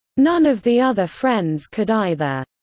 none of the other friends could either.